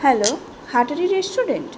hello হাটারি restaurant